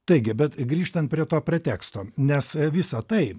taigi bet grįžtant prie to preteksto nes visa tai